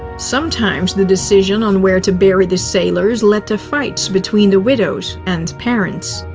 sometimes the decision on where to bury the sailors led to fights between the widows and parents.